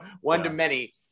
one-to-many